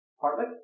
Partly